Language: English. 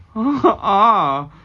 a'ah